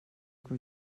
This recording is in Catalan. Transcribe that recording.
que